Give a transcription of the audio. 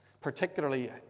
particularly